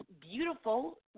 beautiful